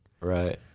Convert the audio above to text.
right